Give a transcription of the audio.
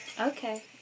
Okay